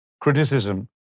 criticism